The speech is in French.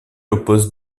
oppose